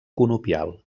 conopial